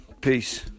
peace